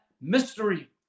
mystery